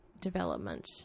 development